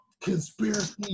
conspiracy